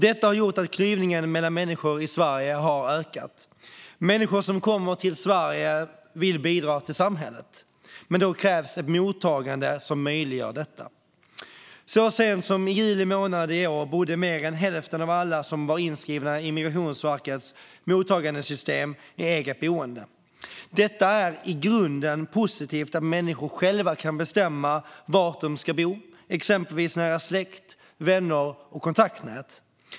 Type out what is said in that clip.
Detta har gjort att klyftorna mellan människor i Sverige har ökat. Människor som kommer till Sverige vill bidra till samhället, men då krävs ett mottagande som möjliggör detta. Så sent som i juli månad i år bodde mer än hälften av alla som var inskrivna i Migrationsverkets mottagandesystem i eget boende. Det är i grunden positivt att människor själva kan bestämma var de ska bo, exempelvis nära släkt, vänner och kontaktnät.